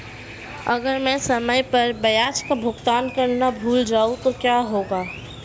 अगर मैं समय पर ब्याज का भुगतान करना भूल जाऊं तो क्या होगा?